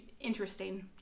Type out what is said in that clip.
interesting